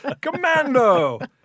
Commando